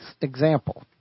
example